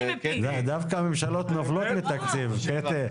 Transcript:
דווקא ממשלות נופלות מתקציב, קטי.